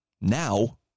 Now